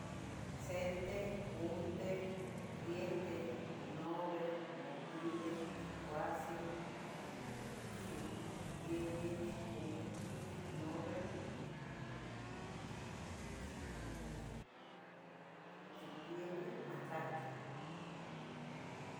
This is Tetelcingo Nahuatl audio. Senteh, unteh, yeteh, nabih, macuileh, chicuaseh, chicyeyih, chicomeh, chicnabih, chic, chicyeyih, mahtlactli.